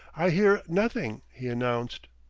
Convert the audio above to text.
i hear nothing, he announced.